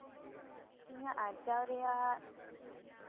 ᱤᱧᱟᱹᱜ ᱟᱨᱡᱟᱣ ᱨᱮᱭᱟᱜ